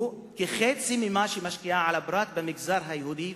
הוא כחצי ממה שהיא משקיעה על הפרט במגזר היהודי,